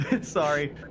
Sorry